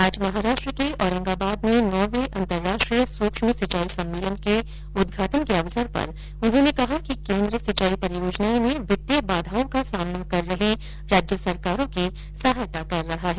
आज महाराष्ट्र के औरंगाबाद में नौवे अंतर्राष्ट्रीय सुक्ष्म सिंचाई सम्मेलन के उदघाटन के अवसर पर उन्होंने कहा कि केंद्र सिंचाई परियोजनाओं में वित्तीय बाधाओं का सामना कर रही राज्य सरकारों की सहायता कर रहा है